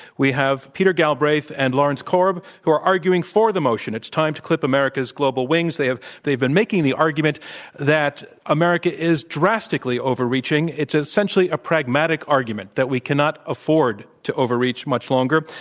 we have peter galbraith and lawrence korb who are arguing for the motion, it's time to clip america's global wings. they've they've been making the argument that america is drastically overreaching. it's essentially a pragmatic argument, that we cannot afford to overreach much longer.